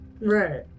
right